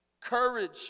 courage